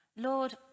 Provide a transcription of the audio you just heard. Lord